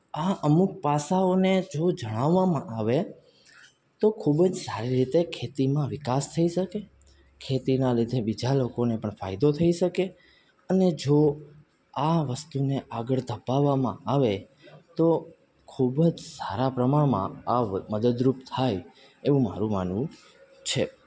આ અમુક પાસાઓને જો જણાવવામાં આવે તો ખૂબ જ સારી રીતે ખેતીમાં વિકાસ થઈ શકે ખેતીના લીધે બીજા લોકોને પણ ફાયદો થઈ શકે અને જો આ વસ્તુને આગળ ધપાવવામાં આવે તો ખૂબ જ સારા પ્રમાણમાં આ મદદરૂપ થાય એવું મારું માનવું છે